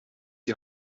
die